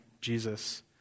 Jesus